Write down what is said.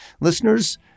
Listeners